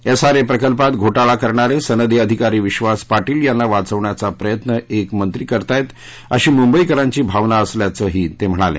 SRA प्रकल्पात घोटाळा करणारे सनदी अधिकारी विश्वास पाटील यांना वाचवण्याचा प्रयत्न एक मंत्री करतायत अशी मुंबईकरांची भावना असल्याचं ते म्हणाले